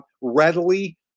readily